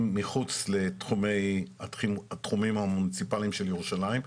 מחוץ לתחומים המוניציפליים של ירושלים,